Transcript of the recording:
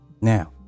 now